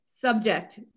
Subject